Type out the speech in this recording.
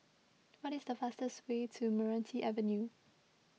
what is the fastest way to Meranti Avenue